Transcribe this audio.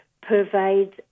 pervades